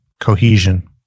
cohesion